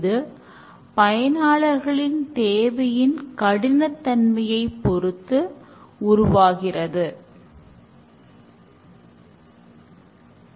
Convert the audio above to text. நிகழ்காலத்தில் கவனம் செலுத்துங்கள் எதிர்காலத் தேவையைப் பற்றியில்லை என்று அது கூறுகிறது